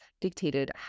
dictated